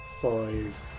five